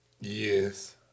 Yes